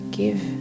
give